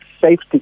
safety